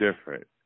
different